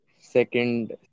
Second